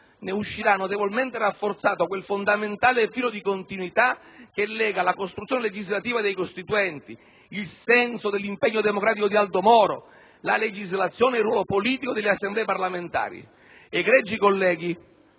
ne uscirà notevolmente rafforzato quel fondamentale filo di continuità che lega la costruzione legislativa dei costituenti, il senso dell'impegno democratico di Aldo Moro, la legislazione e il ruolo politico delle Assemblee parlamentari. Egregi colleghi,